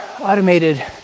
automated